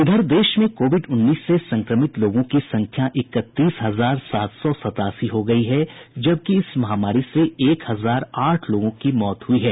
इधर देश में कोविड उन्नीस से संक्रमित लोगों की संख्या इकतीस हजार सात सौ सतासी हो गई है जबकि इस महामारी से एक हजार आठ लोगों की मौत हुई है